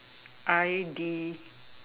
I D